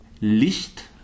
Licht